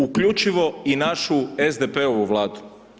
Uključivo i našu SDP-ovu Vladu.